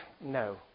No